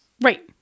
Right